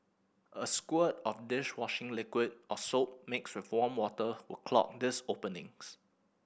a squirt of dish washing liquid or soap mixed with warm water will clog these openings